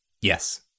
Yes